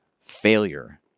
failure